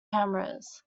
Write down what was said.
cameras